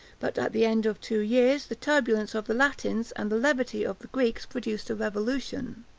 but at the end of two years, the turbulence of the latins and the levity of the greeks, produced a revolution